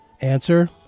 Answer